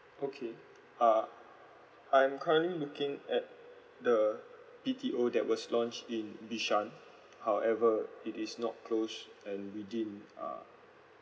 okay uh I'm currently looking at the B_T_O that was launched in bishan however it is not close and within uh